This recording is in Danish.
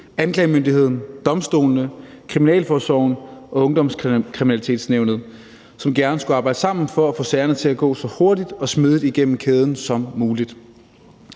anklagemyndigheden, domstolene, kriminalforsorgen og ungdomskriminalitetsnævnet, som gerne skulle arbejde sammen for at få sagerne så hurtigt og smidigt igennem kæden som muligt.